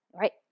right